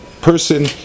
person